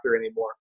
anymore